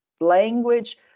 language